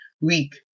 week